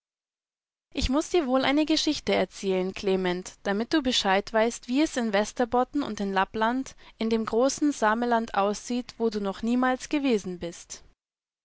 ich muß dir wohl eine geschichte erzählen klement damit du bescheid weißt wie es in västerbottenundinlappland indemgroßensameland aussieht wodunoch niemals gewesen bist